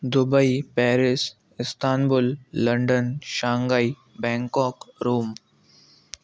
Dubai Paris Istanbul London Shanghai Bangkok Rome